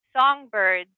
songbirds